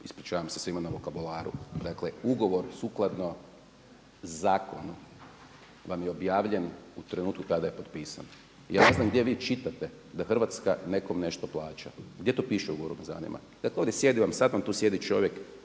Ispričavam se svima na vokabularu. Dakle ugovor sukladno zakonu vam je objavljen u trenutku kada je potpisan. Ja ne znam gdje vi čitate da Hrvatska nekom nešto plaća. Gdje to piše u ugovoru me zanima? Dakle ovdje vam sjedi, sada vam tu sjedi čovjek